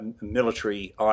military